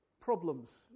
problems